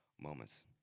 moments